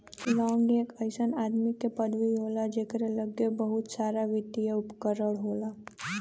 लांग एक अइसन आदमी के पदवी होला जकरे लग्गे बहुते सारावित्तिय उपकरण होला